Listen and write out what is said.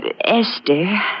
Esther